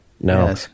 No